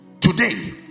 Today